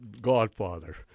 Godfather